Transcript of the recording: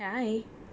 hi